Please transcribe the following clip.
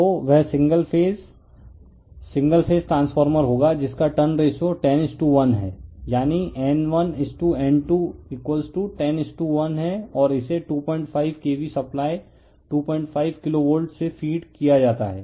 तो वह single phase single phase transformer होगा जिसका टर्न रेशो 10 इज टू 1 है यानी N1 is to N2 10 is to 1 है और इसे 25 KV सप्लाई 25 किलोवोल्ट से फीड किया जाता है